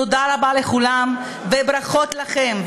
תודה רבה לכולם, וברכות לכם.